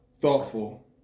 thoughtful